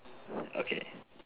okay